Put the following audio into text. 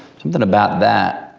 something about that